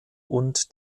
und